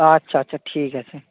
আচ্ছা আচ্ছা ঠিক আছে